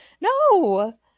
No